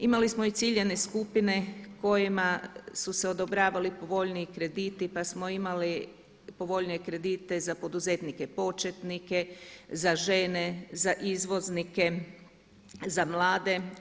Imali smo i ciljane skupine kojima su se odobravali povoljniji krediti, pa smo imali povoljnije kredite za poduzetnike početnike, za žene, za izvoznike, za mlade.